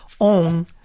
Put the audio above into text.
own